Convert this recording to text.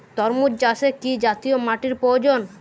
তরমুজ চাষে কি জাতীয় মাটির প্রয়োজন?